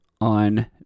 on